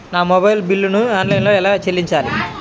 నా మొబైల్ బిల్లును ఆన్లైన్లో ఎలా చెల్లించాలి?